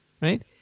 Right